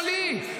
לא לי,